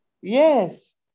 Yes